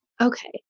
Okay